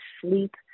sleep